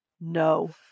no